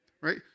right